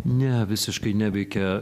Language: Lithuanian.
ne visiškai neveikia